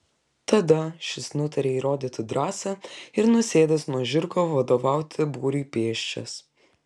tada šis nutaria įrodyti drąsą ir nusėdęs nuo žirgo vadovauti būriui pėsčias